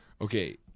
Okay